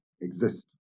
exist